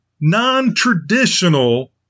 non-traditional